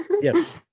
Yes